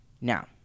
Now